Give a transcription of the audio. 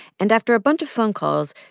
and after a bunch of phone calls,